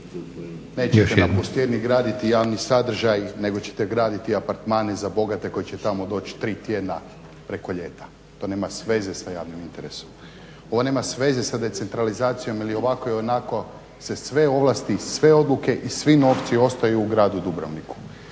nećete na Pustijerni graditi javni sadržaj nego ćete graditi apartmane za bogate koji će tamo doći tri tjedna preko ljeta, to nema veze sa javnim interesom. Ovo nema veze sa decentralizacijom ili ovako ili onako se sve ovlasti sve odluke i svi novci ostaju u gradu Dubrovniku.